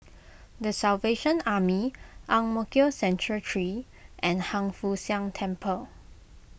the Salvation Army Ang Mo Kio Central three and Hiang Foo Siang Temple